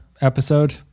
episode